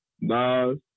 Nas